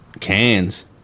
cans